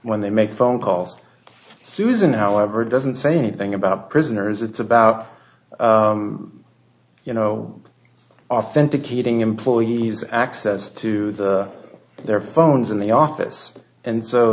when they make phone calls susan however doesn't say anything about prisoners it's about you know authenticating employees access to their phones in the office and so